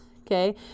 Okay